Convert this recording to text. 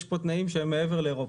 יש כאן תנאים שהם מעבר לאירופה.